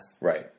Right